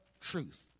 truth